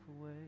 away